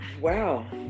wow